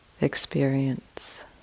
experience